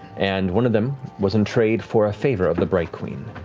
and one of them was in trade for a favor of the bright queen.